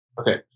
Okay